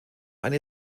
eine